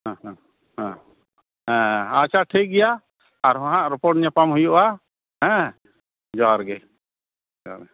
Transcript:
ᱦᱮᱸ ᱦᱮᱸ ᱦᱮᱸ ᱟᱪᱪᱷᱟ ᱴᱷᱤᱠ ᱜᱮᱭᱟ ᱟᱨᱦᱚᱸ ᱦᱟᱸᱜ ᱨᱚᱯᱚᱲ ᱧᱟᱯᱟᱢ ᱦᱩᱭᱩᱜᱼᱟ ᱦᱮᱸ ᱡᱚᱦᱟᱨ ᱜᱮ ᱡᱚᱦᱟᱨ